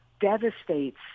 devastates